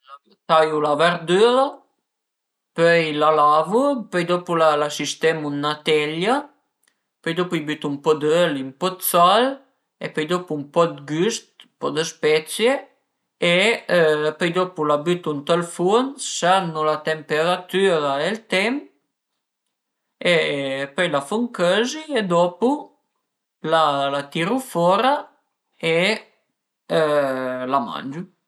Taiu la verdüra, pöi la lavu, pöi dopu la sistemu ën 'na teglia, pöi dopu i bütu ën po d'öli, ën po d'sal e pöi dopu ën po dë güst, ën po dë spezie e pöi dopu la bütu ënt ël furn, sernu la temperatüra e ël temp e pöi la fun cözi e dopu la tiru fora e la mangiu